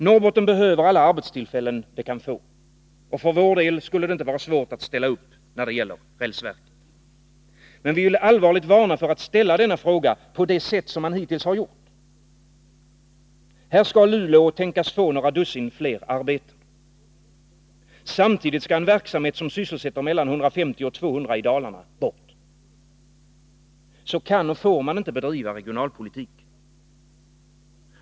Norrbotten behöver alla arbetstillfällen det kan få, och för vår del skulle det inte vara svårt att ställa upp när det gäller rälsverket. Men vi vill allvarligt varna för att ställa denna fråga på det sätt man hittills gjort. Här skall Luleå tänkas få några dussin fler arbeten. Men samtidigt skall en verksamhet som sysselsätter mellan 150 och 200 i Dalarna bort. Så kan och får man inte bedriva regionalpolitik.